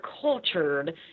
cultured